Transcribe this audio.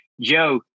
Joe